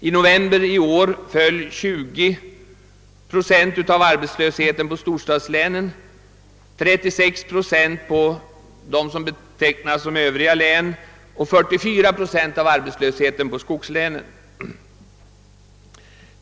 I november i år föll 20 procent av arbetslösheten på storstadslänen, 36 procent på vad som betecknas som Övriga län och 44 procent på skogslänen.